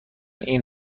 این